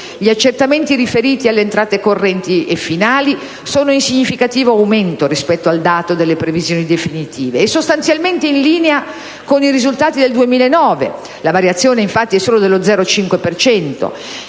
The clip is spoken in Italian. Gli accertamenti riferiti alle entrate correnti e finali sono in significativo aumento rispetto al dato delle previsioni definitive, e sostanzialmente in linea con i risultati del 2009 (la variazione, infatti, è solo dello 0,5